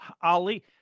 Ali